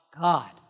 God